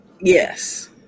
Yes